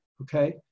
okay